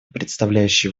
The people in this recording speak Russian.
предоставляющие